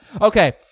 okay